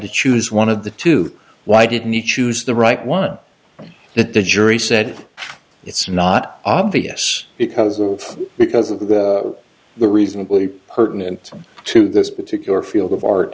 to choose one of the two why didn't he choose the right one that the jury said it's not obvious because of because of the reasonably pertinent to this particular field of art